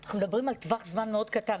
אנחנו מדברים על טווח זמן מאוד קטן.